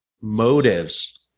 motives